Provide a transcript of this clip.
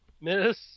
Miss